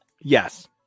Yes